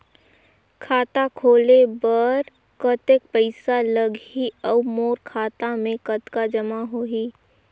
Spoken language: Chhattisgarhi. खाता खोले बर कतेक पइसा लगही? अउ मोर खाता मे कतका जमा होही?